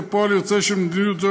כפועל יוצא של מדיניותו,